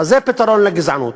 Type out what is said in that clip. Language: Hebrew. אז זה הפתרון לגזענות.